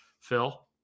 phil